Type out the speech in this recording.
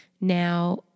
Now